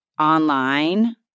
online